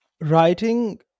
Writing